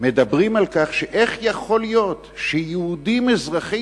מדברים על כך שאיך יכול להיות שיהודים אזרחי